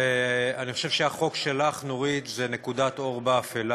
ואני חושב שהחוק שלך, נורית, הוא נקודת אור באפלה.